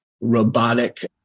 robotic